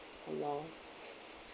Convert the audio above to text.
long